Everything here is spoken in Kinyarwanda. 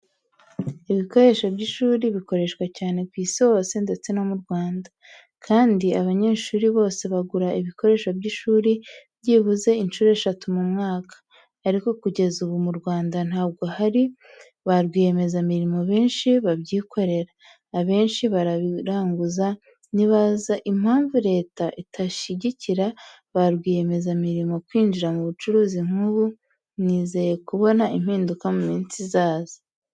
Ibikoresho by’ishuri bikoreshwa cyane ku isi hose ndetse no mu Rwanda, kandi abanyeshuri bose bagura ibikoresho by’ishuri byibuze inshuro eshatu mu mwaka. Ariko kugeza ubu mu Rwanda ntabwo hari ba rwiyemezamirimo benshi babyikorera; abenshi barabirangura. Nibaza impamvu Leta itashyigikira ba rwiyemezamirimo kwinjira mu bucuruzi nk’ubu. Nizeye kubona impinduka mu minsi izaza.